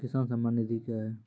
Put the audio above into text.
किसान सम्मान निधि क्या हैं?